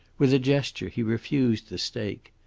with a gesture he refused the stake.